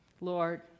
Lord